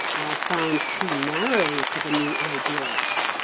found too narrow for the new ideas.